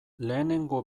lehenengo